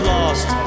Lost